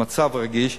זה מצב רגיש,